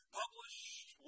published